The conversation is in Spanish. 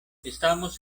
estamos